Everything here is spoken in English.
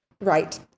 right